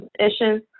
issues